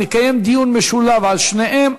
נקיים דיון משולב על שניהם,